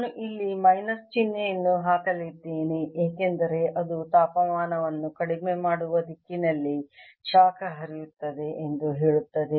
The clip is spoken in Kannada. ನಾನು ಇಲ್ಲಿ ಮೈನಸ್ ಚಿಹ್ನೆಯನ್ನು ಹಾಕಲಿದ್ದೇನೆ ಏಕೆಂದರೆ ಅದು ತಾಪಮಾನವನ್ನು ಕಡಿಮೆ ಮಾಡುವ ದಿಕ್ಕಿನಲ್ಲಿ ಶಾಖ ಹರಿಯುತ್ತದೆ ಎಂದು ಹೇಳುತ್ತದೆ